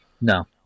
No